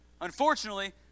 Unfortunately